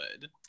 good